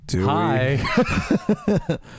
Hi